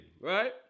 right